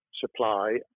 supply